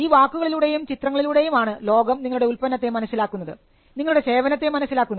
ഈ വാക്കുകളിലൂടെയും ചിത്രങ്ങളിലൂടെയും ആണ് ലോകം നിങ്ങളുടെ ഉൽപ്പന്നത്തെ മനസ്സിലാക്കുന്നത് നിങ്ങളുടെ സേവനത്തെ മനസ്സിലാക്കുന്നത്